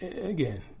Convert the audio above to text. Again